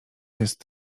jest